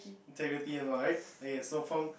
integrity am I right okay so form